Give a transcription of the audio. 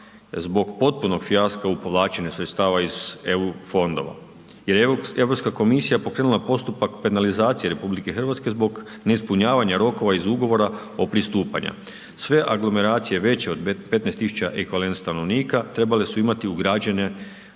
zbog potpunog fijaska u povlačenju sredstava iz eu fondova. Jer je Europska komisija pokrenula postupak penalizacije RH zbog ne ispunjavanja rokova iz ugovora o pristupanju. Sve aglomeracije veće od 15 tisuća .../Govornik se ne razumije./...